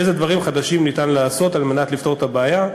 איזה דברים חדשים ניתן לעשות על מנת לפתור את הבעיה.